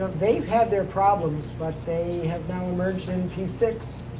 they've had their problems. but they have now emerged in p six.